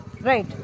Right